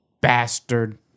bastard